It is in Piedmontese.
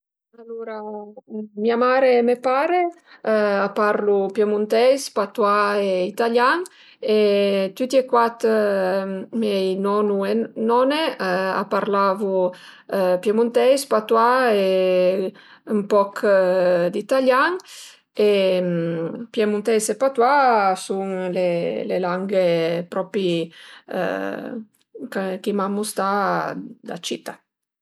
Alura ma mare e me pare a parlu piemunteis, patouà e italian e tüti e cuat mei nonu e none a parlavu piemunteis, patouà e ën poch d'italian e piemunteis e italiana a sun le langhe propi ch'i m'an mustà da cita